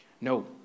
No